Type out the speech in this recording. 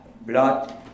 blood